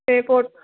ਅਤੇ ਫੋ